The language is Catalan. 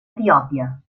etiòpia